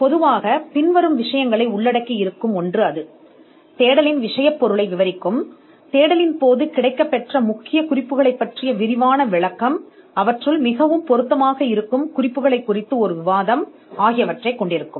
அறிக்கை பொதுவாக பின்வரும் விஷயங்களை உள்ளடக்கும் ஒன்று அது தேடலின் விஷயத்தை விவரிக்கும் தேடலின் போது தேடுபவர் கண்ட குறிப்புகளை அது விவரிக்கும் இது மிகவும் பொருத்தமான குறிப்புகள் குறித்து ஒரு விவாதத்தைக் கொண்டிருக்கும்